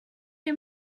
est